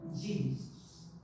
Jesus